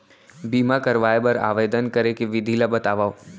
बीमा करवाय बर आवेदन करे के विधि ल बतावव?